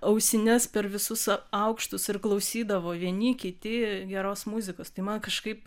ausines per visus aukštus ir klausydavo vieni kiti geros muzikos tai man kažkaip